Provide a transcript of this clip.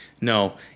No